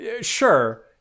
sure